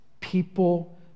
People